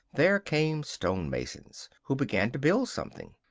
there came stone-masons, who began to build something.